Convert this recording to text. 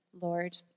Lord